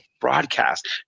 broadcast